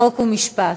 חוק ומשפט,